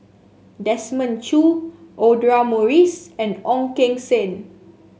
Desmond Choo Audra Morrice and Ong Keng Sen